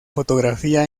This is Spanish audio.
fotografía